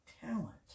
Talent